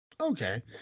okay